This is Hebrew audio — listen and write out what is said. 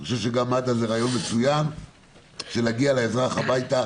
אני חושב שדרך מד"א זה רעיון מצוין בשביל להגיע לאזרח הביתה,